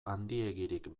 handiegirik